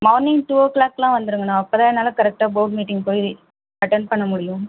morning two four கிளாக்லாம் வந்துருங்கனா அப்ப தான் என்னால் கரெக்டாக போர்ட் மீட்டிங் போய் அட்டென்ட் பண்ண முடியும்